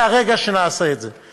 מהרגע שנעשה את זה.